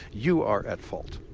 you are at fault.